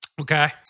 Okay